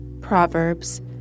Proverbs